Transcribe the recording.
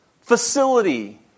facility